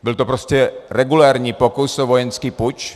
Byl to prostě regulérní pokus o vojenský puč.